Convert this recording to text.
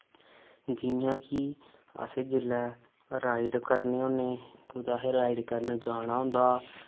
जि'यां कि अस जेल्लै राइड करने होन्ने कुतै अस राइड करन जाना होंदा